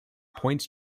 points